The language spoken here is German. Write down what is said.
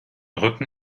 rücken